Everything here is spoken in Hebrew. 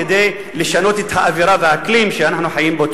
כדי לשנות את האווירה והאקלים שאנחנו חיים בהם.